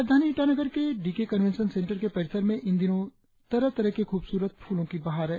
राजधानी ईटानगर के D K convention centre के परिसर में इन दिनों तरह तरह के खुबसूरत फूलों की बहार है